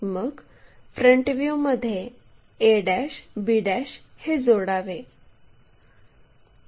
मग फ्रंट व्ह्यूमध्ये a b हे जोडावे